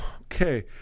Okay